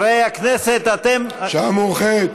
השעה מאוחרת.